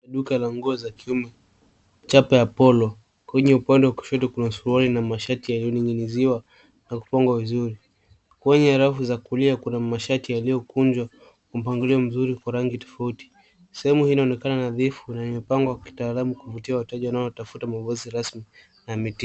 Duka la nguo za kiume, chapa la polo kwenye upande wa kushoto kuna masuruali yalio ninginizwa na kupangwa vizuri. Kwenye rafu ya kulia kuna mashati yaliokunjwa kwa mpangilio mzuri kwa rangi tofauti. Sehemu hii inaonekana nadhifu na imepangwa kwa kitaarabu kwa kuvutia wateja wanao tafuta mavazi rasmi na mitindo.